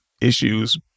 issues